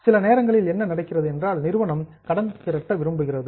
சில நேரங்களில் என்ன நடக்கிறது என்றால் நிறுவனம் கடன் திரட்ட விரும்புகிறது